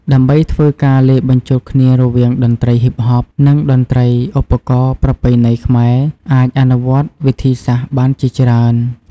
ដើម្បីធ្វើការលាយបញ្ចូលគ្នារវាង តន្ត្រីហ៊ីបហប និងតន្ត្រីឬឧបករណ៍ប្រពៃណីខ្មែរ អាចអនុវត្តវិធីសាស្ត្របានជាច្រើន។